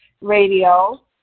radio